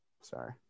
Sorry